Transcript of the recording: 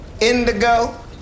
indigo